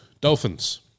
dolphins